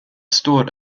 står